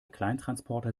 kleintransporter